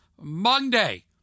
Monday